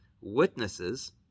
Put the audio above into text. witnesses